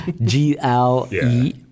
G-L-E